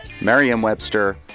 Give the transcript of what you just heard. Merriam-Webster